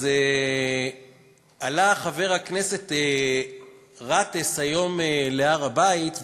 אז עלה חבר הכנסת גטאס היום להר-הבית,